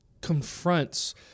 confronts